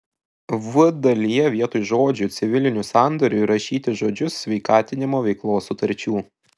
v dalyje vietoj žodžių civilinių sandorių įrašyti žodžius sveikatinimo veiklos sutarčių